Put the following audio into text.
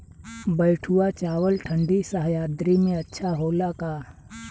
बैठुआ चावल ठंडी सह्याद्री में अच्छा होला का?